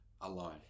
alone